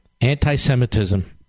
anti-Semitism